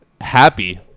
Happy